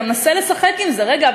אתה מנסה לשחק עם זה: רגע,